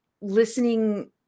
listening